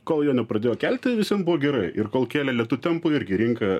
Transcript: kol jo nepradėjo kelti visiem buvo gerai ir kol kėlė lėtu tempu irgi rinka